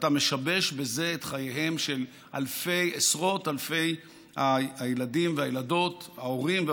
ואתה משבש בזה את חייהם של עשרות אלפי הילדים והילדות וההורים שלהם,